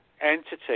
entity